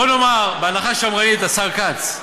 בוא נאמר, בהערכה שמרנית, השר כץ,